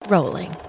Rolling